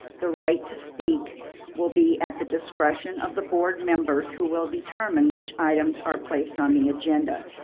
the right to speak will be at the discretion of the board members, who will determine which items are placed on the agenda.